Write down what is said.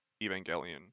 evangelion